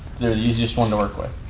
they're the easiest one to work with.